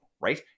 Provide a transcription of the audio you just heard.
right